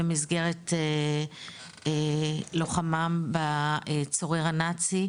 במסגרת לוחמם בצורר הנאצי,